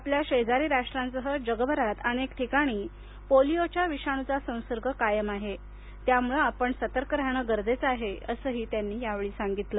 आपल्या शेजारी राष्ट्रांसह जगभरात अनेक ठिकाणी पोलिओच्या विषाणूचा संसर्ग कायम आहे त्यामुळे आपण सतर्क राहणे गरजेचे आहे असेही त्यांनी सांगितले